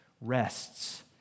rests